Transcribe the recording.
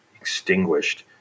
extinguished